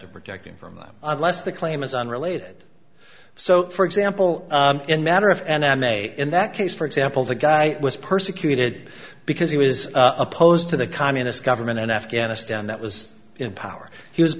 to protect him from unless the claim is unrelated so for example in matter of and i may in that case for example the guy was persecuted because he was opposed to the communist government in afghanistan that was in power he was